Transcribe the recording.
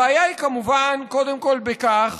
הבעיה היא כמובן, קודם כול, בכך